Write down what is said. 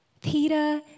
Peter